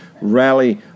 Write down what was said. rally